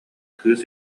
кыыс